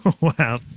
Wow